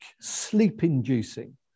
sleep-inducing